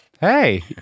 Hey